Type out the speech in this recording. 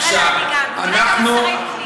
תראה לאן הגענו, תראה כמה שרי פנים.